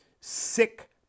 sick